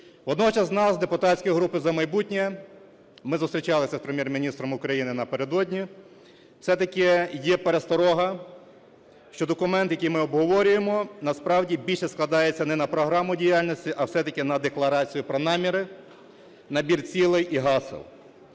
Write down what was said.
Водночас у нас, депутатської групи "За майбутнє" , ми зустрічалися з Прем'єр-міністром України напередодні, все-таки є пересторога, що документ, який ми обговорюємо, насправді більше складається не на програму діяльності, а все-таки на декларацію про наміри, набір цілей і гасел.